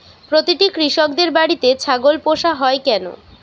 প্রতিটি কৃষকদের বাড়িতে ছাগল পোষা হয় কেন?